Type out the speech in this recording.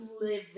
living